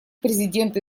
президент